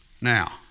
now